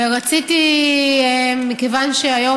ומכיוון שהיום,